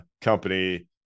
company